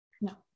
No